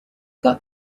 got